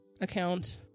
account